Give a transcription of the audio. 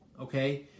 okay